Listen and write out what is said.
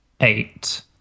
eight